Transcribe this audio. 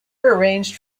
arranged